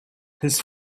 his